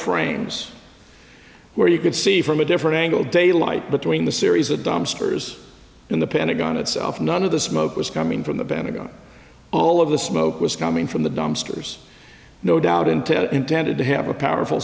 frames where you could see from a different angle daylight between the series the dumpsters in the pentagon itself none of the smoke was coming from the banda all of the smoke was coming from the dumpsters no doubt intend it intended to have a powerful